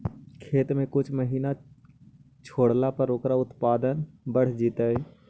खेत के कुछ महिना छोड़ला पर ओकर उत्पादन बढ़िया जैतइ?